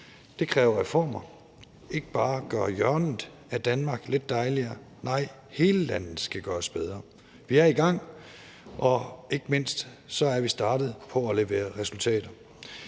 Det kræver reformer ikke bare at gøre et hjørne af Danmark lidt dejligere, for hele landet skal gøres bedre. Vi er i gang, og ikke mindst er vi startet på at levere resultater.